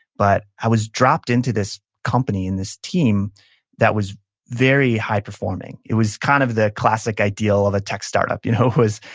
but i was dropped into this company and this team that was very high-performing. it was kind of the classic ideal of a tech startup, you know?